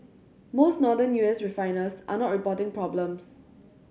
most Northern U S refiners are not reporting problems